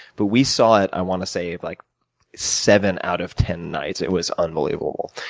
but we saw it, i want to say, like seven out of ten nights. it was unbelievable.